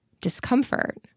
discomfort